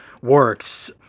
works